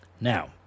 Now